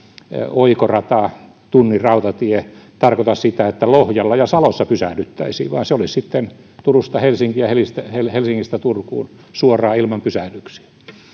oikorata tunnin rautatie tarkoita sitä että lohjalla ja salossa pysähdyttäisiin vaan se olisi sitten turusta helsinkiin ja helsingistä turkuun suoraan ilman pysähdyksiä